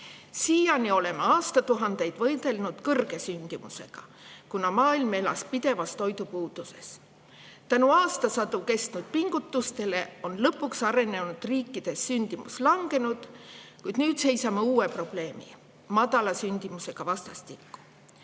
Siiani oleme aastatuhandeid võidelnud kõrge sündimusega, kuna maailm elas pidevas toidupuuduses. Tänu aastasadu kestnud pingutustele on lõpuks arenenud riikides sündimus langenud, kuid nüüd seisame uue probleemiga – madala sündimusega – vastastikku.